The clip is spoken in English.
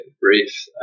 brief